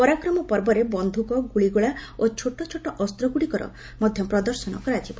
ପରାକ୍ରମ ପର୍ବରେ ବନ୍ଧୁକ ଗୁଳିଗୋଳା ଓ ଛୋଟ ଛୋଟ ଅସ୍ତ୍ରଶସ୍ତଗୁଡ଼ିକ ମଧ୍ୟ ପ୍ରଦର୍ଶନ କରାଯିବ